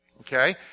okay